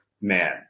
man